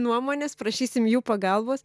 nuomonės prašysim jų pagalbos